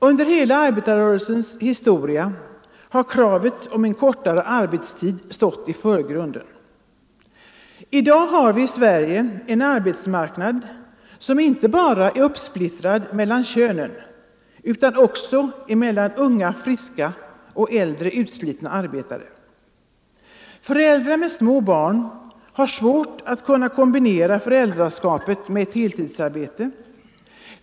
Under hela arbetarrörelsens historia har kravet om en kortare arbetstid stått i förgrunden. I dag har vi i Sverige en arbetsmarknad som inte bara är uppsplittrad mellan könen utan också mellan unga, friska och äldre, utslitna arbetare. Föräldrar med små barn har svårt att kombinera föräldraskapet med ett heltidsarbete.